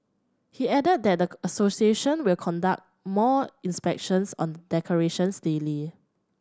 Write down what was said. he added that the association will conduct more inspections on the decorations daily